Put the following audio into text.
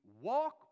walk